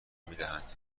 میدهند